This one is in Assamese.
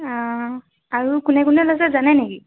অঁ আৰু কোনে কোনে লৈছে জানে নেকি